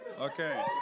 Okay